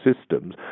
systems